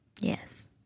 Yes